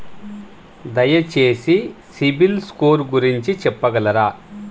దయచేసి సిబిల్ స్కోర్ గురించి చెప్పగలరా?